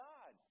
God